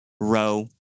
row